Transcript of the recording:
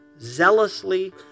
zealously